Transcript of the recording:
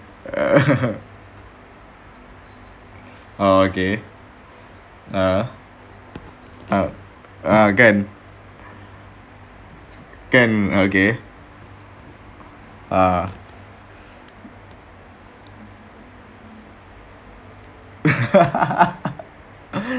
okay